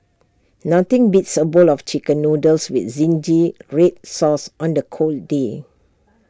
nothing beats A bowl of Chicken Noodles with Zingy Red Sauce on A cold day